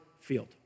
field